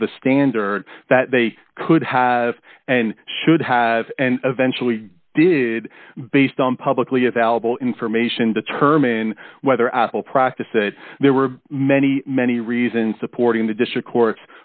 of the standard that they could have and should have and eventually did based on publicly available information determine whether i will practice it there were many many reasons supporting the district court